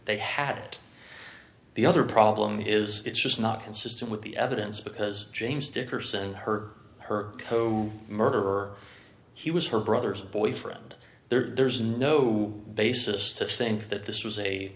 they had the other problem is it's just not consistent with the evidence because james dickerson her her coach murderer he was her brother's boyfriend there's no basis to think that this was a